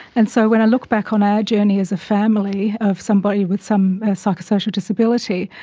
and so when i look back on our journey as a family of somebody with some psychosocial disability,